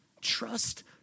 Trust